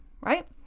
right